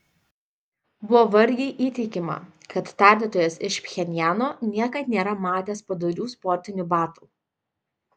buvo vargiai įtikima kad tardytojas iš pchenjano niekad nėra matęs padorių sportinių batų